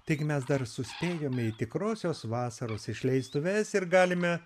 taigi mes dar suspėjome į tikrosios vasaros išleistuves ir galime